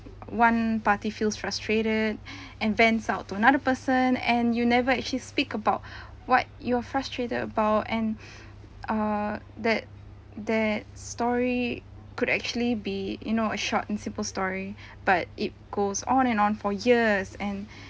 one party feels frustrated and then vents out to another person and you never actually speak about what you're frustrated about and err that that story could actually be you know a short and simple story but it goes on and on for years and